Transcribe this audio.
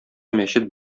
мәчет